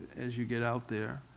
as you get out there